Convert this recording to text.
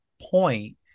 point